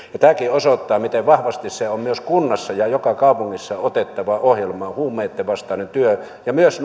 tämäkin osoittaa miten vahvasti on myös kunnissa ja joka kaupungissa otettava ohjelmaan huumeitten vastainen työ ja myös